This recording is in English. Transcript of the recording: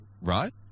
Right